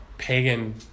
pagan